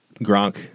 Gronk